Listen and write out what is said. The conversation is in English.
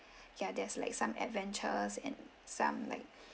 yeah there's like some adventures and some like